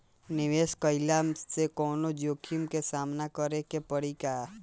निवेश कईला से कौनो जोखिम के सामना करे क परि का?